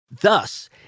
Thus